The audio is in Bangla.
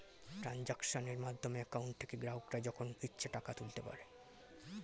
ট্রানজাক্শনের মাধ্যমে অ্যাকাউন্ট থেকে গ্রাহকরা যখন ইচ্ছে টাকা তুলতে পারে